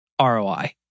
ROI